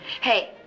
Hey